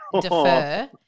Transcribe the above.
defer